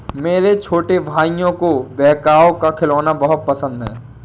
मेरे छोटे भाइयों को बैकहो का खिलौना बहुत पसंद है